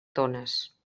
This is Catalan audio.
tones